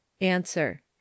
answer